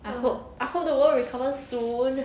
I hope I hope the world recover soon